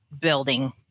building